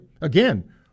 Again